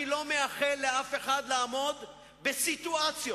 אני לא מאחל לאף אחד לעמוד בסיטואציות